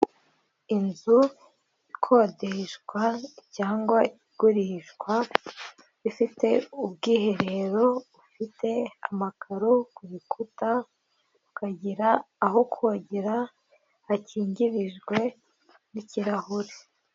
Inzu ikodeshwa cyangwa igurishwa ifite ubwiherero, ifite amakaro ku bikuta ukagira aho kogera hakingirijwe n'ikirahure.